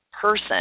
person